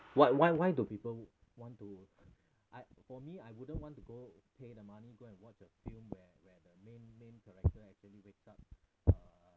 what why why do people want to I for me I wouldn't want to go pay the money go and watch a film where where the main main character actually wakes up